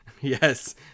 Yes